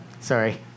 Sorry